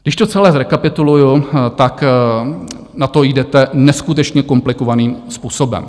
Když to celé zrekapituluji, tak na to jdete neskutečně komplikovaným způsobem.